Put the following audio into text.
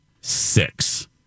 Six